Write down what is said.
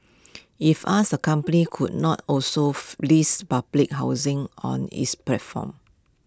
if asked the company could not also list public housing on its platform